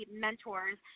mentors